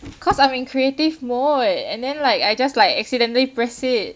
cause I'm in creative mode and then like I just like accidentally press it